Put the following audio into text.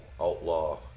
outlaw